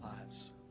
lives